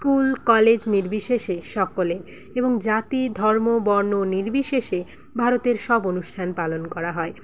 school college নির্বিশেষে সকলের এবং জাতি ধর্ম বর্ণ নির্বিশেষে ভারতের সব অনুষ্ঠান পালন করা হয়